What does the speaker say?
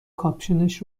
کاپشنش